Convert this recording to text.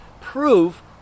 prove